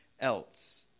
else